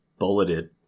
bulleted